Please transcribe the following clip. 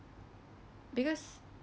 because